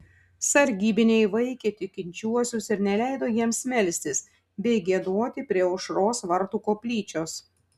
sargybiniai vaikė tikinčiuosius ir neleido jiems melstis bei giedoti prie aušros vartų koplyčios